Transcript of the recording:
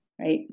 right